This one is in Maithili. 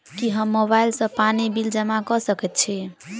की हम मोबाइल सँ पानि बिल जमा कऽ सकैत छी?